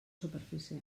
superfície